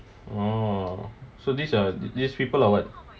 orh so these are the~ these people are what